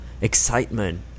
excitement